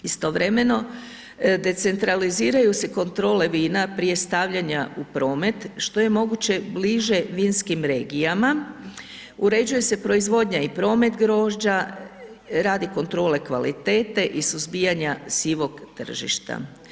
Istovremeno decentraliziraju se kontrole vina prije stavljanja u promet što je moguće bliže vinskim regijama, uređuje se proizvodnja i promet grožđa radi kontrole kvalitete i suzbijanja sivog tržišta.